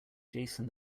jason